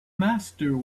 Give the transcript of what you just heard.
master